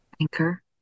Anchor